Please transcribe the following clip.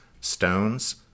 stones